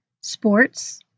sports